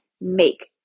make